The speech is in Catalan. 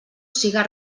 siga